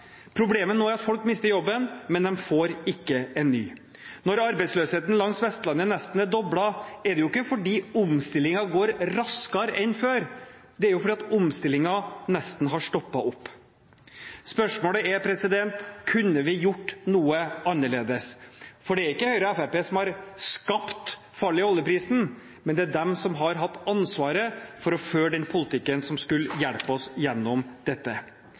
Problemet nå er at folk mister jobben, men de får ikke en ny. Når arbeidsløsheten langs Vestlandet nesten er doblet, er det ikke fordi omstillingen går raskere enn før. Det er fordi omstillingen nesten har stoppet opp. Spørsmålet er: Kunne vi gjort noe annerledes? For det er ikke Høyre og Fremskrittspartiet som har skapt fallet i oljeprisen, men det er de som har hatt ansvaret for å føre den politikken som skulle hjelpe oss gjennom dette.